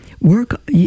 work